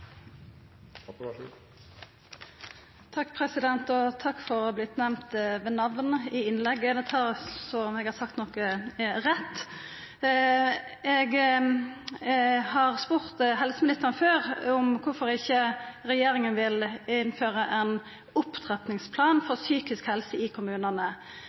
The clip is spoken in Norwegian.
Takk for å ha vorte nemnd med namn i innlegget. Det tar eg som eg har sagt noko rett. Eg har spurt helseministeren før om kvifor ikkje regjeringa vil innføra ein opptrappingsplan for psykisk helse i kommunane.